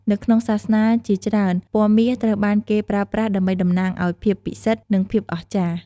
នៅក្នុងសាសនាជាច្រើន ពណ៌មាសត្រូវបានគេប្រើប្រាស់ដើម្បីតំណាងឱ្យភាពពិសិដ្ឋ និងភាពអស្ចារ្យ។